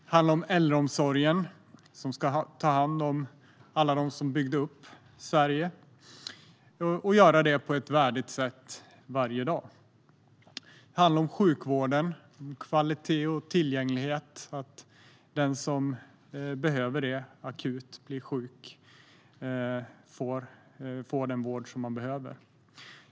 Det handlar om äldreomsorgen, som ska ta hand om alla dem som byggde upp Sverige och göra det på ett värdigt sätt varje dag. Det handlar om sjukvården, om kvalitet och tillgänglighet, om att den som blir akut sjuk får den vård som den behöver.